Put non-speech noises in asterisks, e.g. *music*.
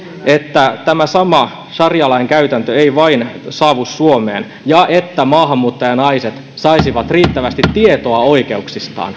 että tämä sama sarialain käytäntö ei vain saavu suomeen ja että maahanmuuttajanaiset saisivat riittävästi tietoa oikeuksistaan *unintelligible*